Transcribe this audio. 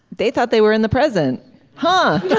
they thought they were in the present huh.